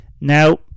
now